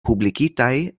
publikigitaj